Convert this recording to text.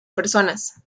personas